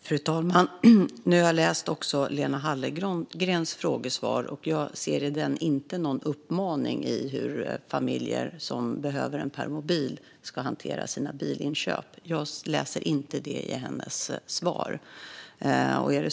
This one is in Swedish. Fru talman! Nu har jag läst Lena Hallengrens svar, och jag ser i det inte någon uppmaning om hur familjer som behöver permobil ska hantera sina bilinköp. Jag läser inte det i hennes svar.